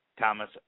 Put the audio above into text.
Thomas